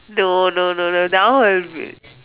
no no no no that one will be